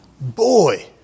Boy